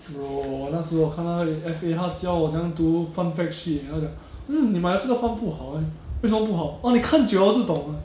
bro 我那时候看他的 F_A 他教我怎样读 fund fact sheet 然后他讲 mm 你买的这个 fund 不好 eh 为什么不好 orh 你看久了就懂了